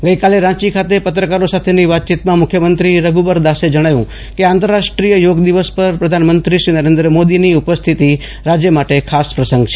ગઈકાલે રાંચી ખાતે પત્રકારો સાથેની વાતચીતમાં મુખ્યમંત્રી શ્રી રધુબરદાસે જણાવ્યું કે આંતરરાષ્ટ્રીય યોગ દિવસ પર પ્રધાનમંત્રી શ્રી નરેન્દ્ર મોદી ઉપસ્થિત રહેશે તે રાજય માટે ખાસ પ્રસંગ છે